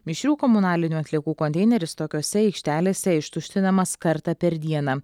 mišrių komunalinių atliekų konteineris tokiose aikštelėse ištuštinamas kartą per dieną